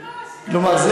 כלומר,